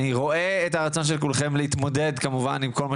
אני רואה את הרצון של כולכם להתמודד עם כל מה